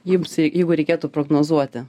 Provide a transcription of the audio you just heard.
jums jeigu reikėtų prognozuoti